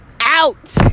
out